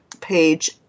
page